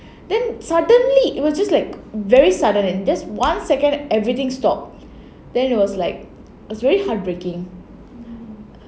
then suddenly it was just like very sudden just one second everything stopped then it was like it was very heartbreaking